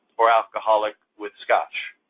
or alcoholic, with scotch.